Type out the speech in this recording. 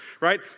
right